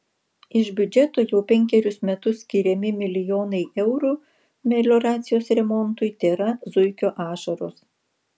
iš biudžeto jau penkerius metus skiriami milijonai eurų melioracijos remontui tėra zuikio ašaros